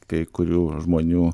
kai kurių žmonių